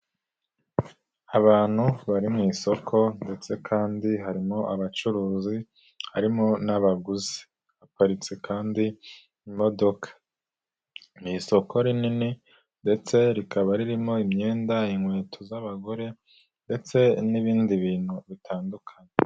Abantu bari mu isoko ndetse kandi harimo abacuruzi, harimo n'abaguzi baparitse kandi imodoka. Ni isoko rinini ndetse rikaba ririmo imyenda inkweto z'abagore, ndetse n'ibindi bintu bitandukanye.